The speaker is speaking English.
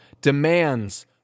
demands